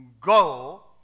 go